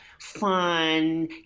fun